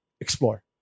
Explore